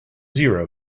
zero